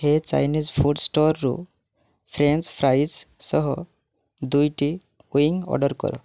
ହେ Chinese food ଷ୍ଟୋରରୁ French fries ସହ ଦୁଇଟି ୱିଙ୍ଗ ଅର୍ଡ଼ର କର